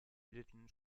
bildeten